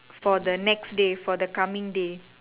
for the next day for the coming day